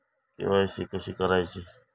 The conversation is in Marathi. के.वाय.सी कशी करायची?